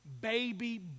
baby